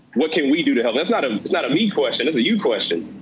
what can we do to help? that's not and not a me question, that's a you question.